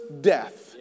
death